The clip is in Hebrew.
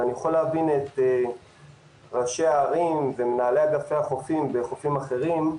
ואני יכול להבין את ראשי הערים ואת מנהלי אגפי החופים בחופים אחרים,